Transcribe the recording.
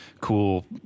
cool